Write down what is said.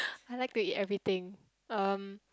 I like to eat everything um